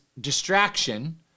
distraction